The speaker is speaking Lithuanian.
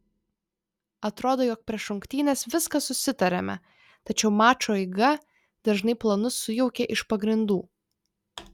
atrodo jog prieš rungtynes viską susitariame tačiau mačo eiga dažnai planus sujaukia iš pagrindų